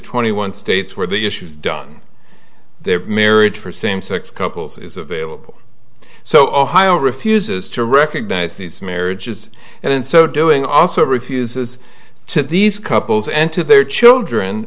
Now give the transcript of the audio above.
twenty one states where the issues done their marriage for same sex couples is available so ohio refuses to recognize these marriages and in so doing also refuses to these couples and to their children